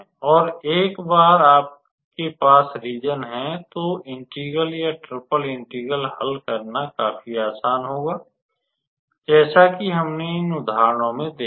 और एक बार आपके पास रीज़न है तो इंटेग्रल या ट्रिपल इंटेग्रल हल करना काफी आसान होगा जैसा कि हमने इन उदाहरणों में देखा